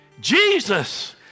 Jesus